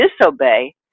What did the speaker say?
disobey